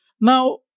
Now